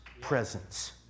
presence